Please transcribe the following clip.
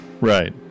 Right